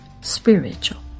Spiritual